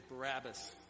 Barabbas